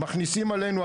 מכניסים עלינו,